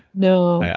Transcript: no. yeah